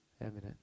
evident